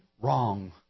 wrong